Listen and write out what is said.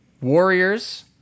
Warriors